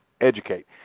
educate